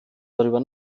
darüber